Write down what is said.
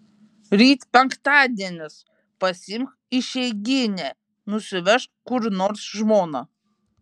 ryt penktadienis pasiimk išeiginę nusivežk kur nors žmoną